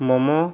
ᱢᱳᱢᱳ